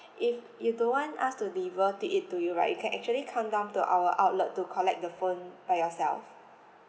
if you don't want us to deliver to it to you right you can actually come down to our outlet to collect the phone by yourself